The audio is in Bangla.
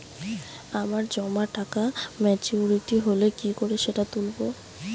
আমার জমা টাকা মেচুউরিটি হলে কি করে সেটা তুলব?